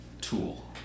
Tool